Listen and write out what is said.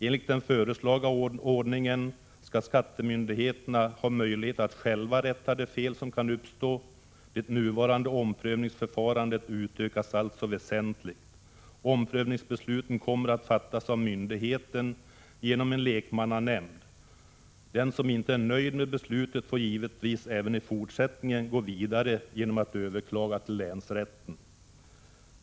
Enligt den föreslagna ordningen skall skattemyndigheterna ha möjlighet att själva rätta de fel som kan uppstå. Det nuvarande omprövningsförfarandet utökas alltså väsentligt. Omprövningsbesluten kommer att fattas av myndigheten genom en lekmannanämnd. Den som inte är nöjd med beslutet får givetvis även i fortsättningen gå vidare genom att överklaga till länsrätten.